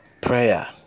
prayer